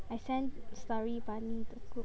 I send starry bunny the group